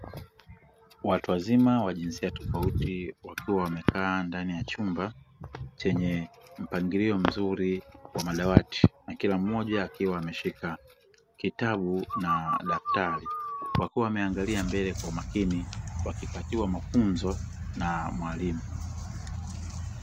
Watuwazima wa jinsia tofauti wakiwa wamekaa ndani ya chumba chenye mpangilio mzuri wa madawati na kila mmoja akiwa ameshika kitabu na daftari, wakiwa wanaangalia mbele kwa umakini, wakipatiwa mafunzo na mwalimu.